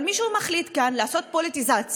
אבל מישהו מחליט כאן לעשות פוליטיזציה